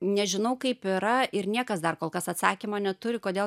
nežinau kaip yra ir niekas dar kol kas atsakymo neturi kodėl